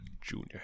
Junior